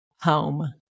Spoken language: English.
home